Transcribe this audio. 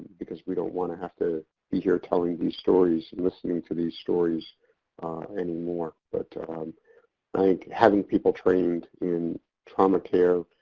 because we don't want to have to be here telling these stories and listening to these stories anymore. i but um think having people trained in trauma care,